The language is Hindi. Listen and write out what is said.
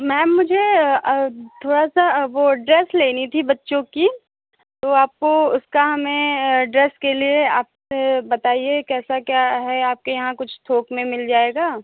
मैम मुझे थोड़ा सा वह ड्रेस लेनी थी बच्चों की तो आपको उसका हमें ड्रेस के लिए आप फिर बताइए कैसा क्या है आपके यहाँ कुछ थोक में मिल जाएगा